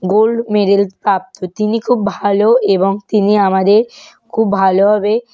gold medal প্রাপ্ত তিনি খুব ভালো এবং তিনি আমাদের খুব ভালোভাবে